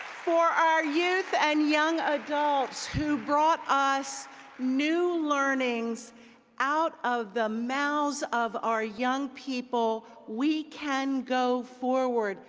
for our youth and young adults who brought us new learnings out of the mouth of our young people, we can go forward.